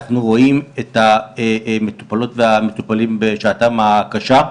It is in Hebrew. אנחנו רואים את המטופלות והמטופלים בשעתם הקשה.